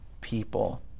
people